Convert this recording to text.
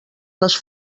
les